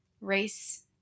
Race